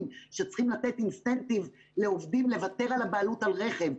שצריכים לתת אינסנטיב לעובדים לוותר על הבעלות על רכב,